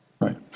Right